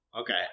okay